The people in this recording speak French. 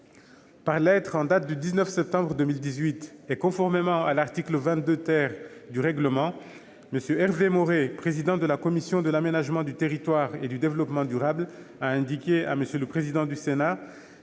Par lettre en date du 19 septembre 2018 et conformément à l'article 22 du règlement, M. Hervé Maurey, président de la commission de l'aménagement du territoire et du développement durable, a indiqué à M. le président du Sénat